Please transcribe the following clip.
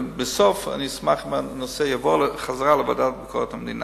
בסוף אני אשמח אם הנושא יעבור חזרה לוועדה לביקורת המדינה.